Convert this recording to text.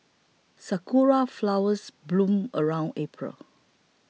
sakura flowers bloom around April